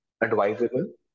advisable